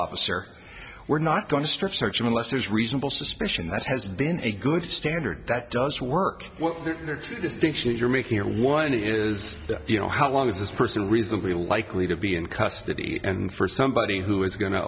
officer we're not going to strip search unless there's reasonable suspicion that has been a good standard that does work well distinction that you're making or one is you know how long is this person reasonably likely to be in custody and for somebody who is going to